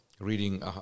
reading